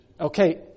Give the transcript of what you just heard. okay